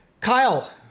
Kyle